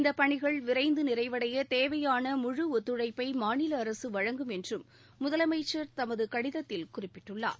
இந்தப் பணிகள் விரைந்து நிறைவடைய தேவையான முழு ஒத்துழைப்பை மாநில அரசு வழங்கும் என்றும் முதலமைச்சர் தமது கடிதத்தில் குறிப்பிட்டுள்ளார்